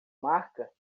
marca